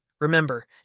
Remember